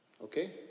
Okay